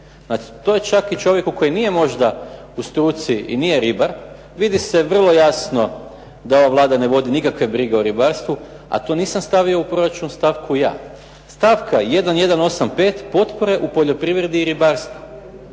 To je čak i čovjeku koji nije u struci i nije ribar, vidi se vrlo jasno da ova Vlada ne vodi nikakve brige o ribarstvu. A to nisam stavio u proračunsku stavku ja. Stavka 1185 potpore u poljoprivredi i ribarstvu